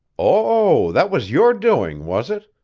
oh, that was your doing, was it?